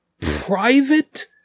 private